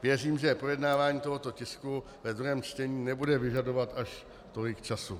Věřím, že projednávání tohoto tisku ve druhém čtení nebude vyžadovat až tolik času.